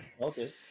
Okay